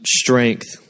strength